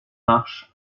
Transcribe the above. marches